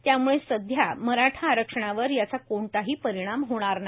त्यामुळे सध्या मराठा आरक्षणावर याचा कोणताही परिणाम होणार नाही